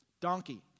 Donkey